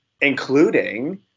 including